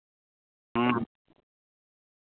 हाँ